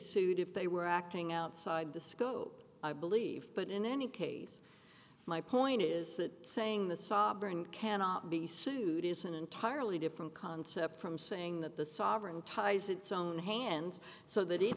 sued if they were acting outside the scope i believe but in any case my point is that saying the sovereign cannot be sued is an entirely different concept from saying that the sovereign ties its own hands so that